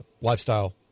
lifestyle